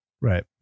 Right